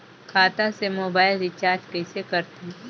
खाता से mobile recharge कइसे करथे